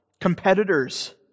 competitors